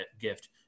gift